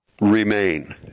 Remain